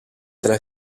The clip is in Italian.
della